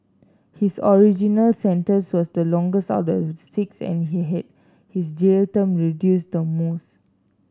his original sentence was the longest out of the six and he had his jail term reduced the most